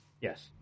Yes